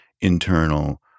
internal